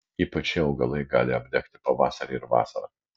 ypač šie augalai gali apdegti pavasarį ir vasarą